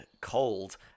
cold